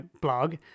blog